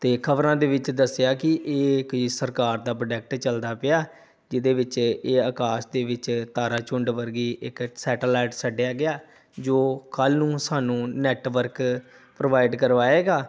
ਅਤੇ ਖ਼ਬਰਾਂ ਦੇ ਵਿੱਚ ਦੱਸਿਆ ਕਿ ਇਹ ਕਈ ਸਰਕਾਰ ਦਾ ਪ੍ਰੋਡਕਟ ਚੱਲਦਾ ਪਿਆ ਜਿਹਦੇ ਵਿੱਚ ਇ ਇਹ ਆਕਾਸ਼ ਦੇ ਵਿੱਚ ਤਾਰਾ ਝੁੰਡ ਵਰਗੀ ਇੱਕ ਸੈੱਟਲਾਈਟ ਛੱਡਿਆ ਗਿਆ ਜੋ ਕੱਲ੍ਹ ਨੂੰ ਸਾਨੂੰ ਨੈੱਟਵਰਕ ਪ੍ਰੋਵਾਈਡ ਕਰਵਾਏਗਾ